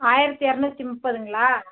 ஆயிரத்தி இரநூத்தி முப்பதுங்களா